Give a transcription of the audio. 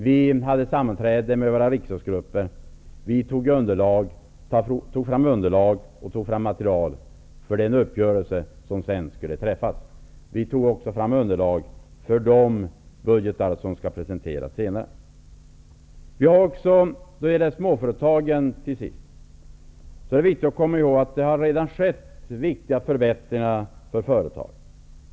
Vi hade sammanträden med våra riksdagsgrupper, vi tog fram underlag och material för den uppgörelse som sedan skulle träffas. Vi tog också fram underlag för de budgetar som skall presenteras senare. När det gäller småföretagen är det viktigt att komma ihåg att det redan har skett viktiga förbättringar.